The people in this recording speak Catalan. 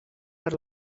per